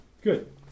Good